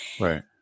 Right